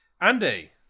Andy